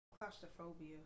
Claustrophobia